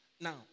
Now